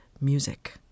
music